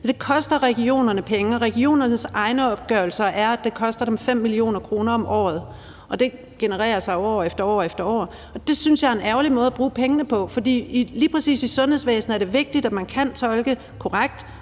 Det koster regionerne penge. Regionernes egne opgørelser er, at det koster dem 5 mio. kr. om året, og det genereres jo år efter år efter år. Det synes jeg er en ærgerlig måde at bruge pengene på. For lige præcis i sundhedsvæsenet er det vigtigt, at man kan tolke korrekt,